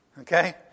Okay